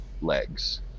legs